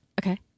okay